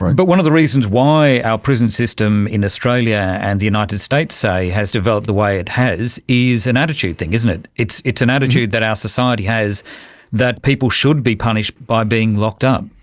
but one of the reasons why our prison system in australia and the united states, say, has developed the way it has is an attitude thing, isn't it, it's it's an attitude that our society has that people should be punished by being locked up.